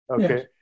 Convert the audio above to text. Okay